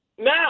Now